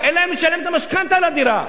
אין להם לשלם את המשכנתה לדירה,